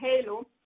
Halo